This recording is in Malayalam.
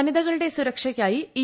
വനിതകളുടെ സുരക്ഷയ്ക്കായുള്ള ഇ